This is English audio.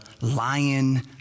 lion